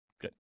Good